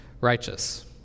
righteous